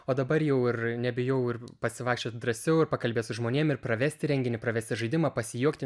o dabar jau ir nebijau ir pasivaikščiot drąsiau pakalbėt su žmonėm ir pravesti renginį pravesti žaidimą pasijuokti